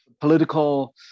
political